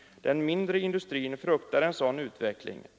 Den mindre industrin fruktar en sådan utveckling.